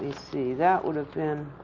see. that would've been.